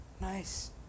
nice